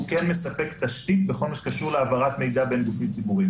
והוא כן מספק תשתית בכל מה שקשור בהעברת מידע בין גופים ציבוריים.